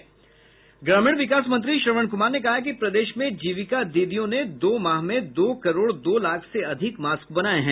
ग्रामीण विकास मंत्री श्रवण कुमार ने कहा है कि प्रदेश में जीविका दीदियों ने दो माह में दो करोड़ दो लाख से अधिक मास्क बनाये हैं